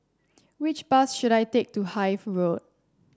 which bus should I take to Hythe Road